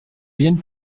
vienne